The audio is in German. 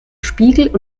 spiegel